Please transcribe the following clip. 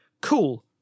cool